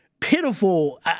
pitiful